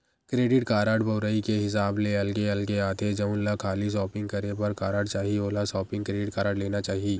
credit card बउरई के हिसाब ले अलगे अलगे आथे, जउन ल खाली सॉपिंग करे बर कारड चाही ओला सॉपिंग क्रेडिट कारड लेना चाही